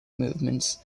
movements